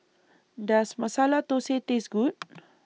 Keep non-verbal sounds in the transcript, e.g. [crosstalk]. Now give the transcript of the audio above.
Does Masala Thosai Taste Good [noise]